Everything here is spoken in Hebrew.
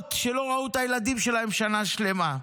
רופאות שלא ראו את הילדים שלהן שנה שלמה.